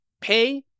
Pay